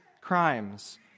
crimes